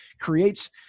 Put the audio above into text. creates